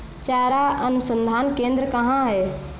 चारा अनुसंधान केंद्र कहाँ है?